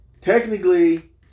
Technically